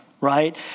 right